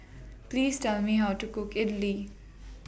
Please Tell Me How to Cook Idili